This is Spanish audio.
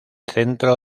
centro